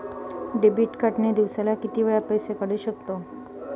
Debit card ने दिवसाला किती वेळा पैसे काढू शकतव?